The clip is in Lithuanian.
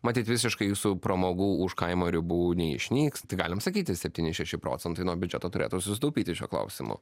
matyt visiškai jūsų pramogų už kaimo ribų neišnyks tai galim sakyti septyni šeši procentai nuo biudžeto turėtų susitaupyti šiuo klausimu